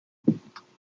ocho